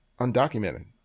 undocumented